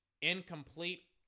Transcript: Incomplete